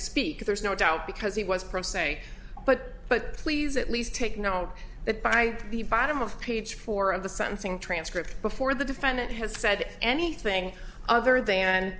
speak there's no doubt because he was pro se but but please at least take note that by the bottom of page four of the sentencing transcript before the defendant has said anything other then